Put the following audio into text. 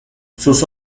sus